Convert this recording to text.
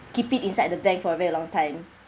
keep it inside the bank for a very long time